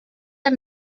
are